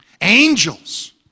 Angels